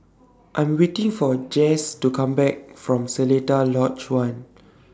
I'm waiting For Jase to Come Back from Seletar Lodge one